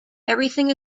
everything